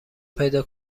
پیدا